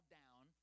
down